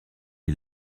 est